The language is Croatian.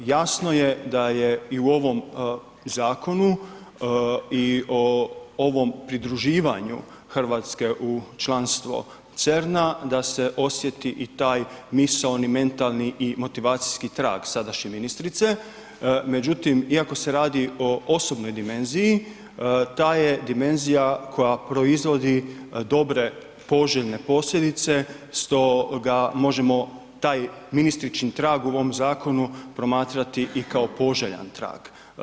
Jasno je da je i u ovom zakonu i o ovom pridruživanje Hrvatske u članstvo CERN-a, da se osjeti i taj misaoni, mentalni i motivacijski trag sadašnje ministrice, međutim, iako se radi o osobnoj dimenziji, ta je dimenzija koja proizvodi dobre, poželjne posljedice, stoga možemo taj ministričin trag u ovom zakonu promatrati i kao poželjan trag.